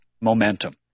momentum